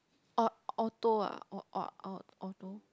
orh auto ah orh ah orh auto